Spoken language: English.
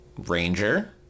Ranger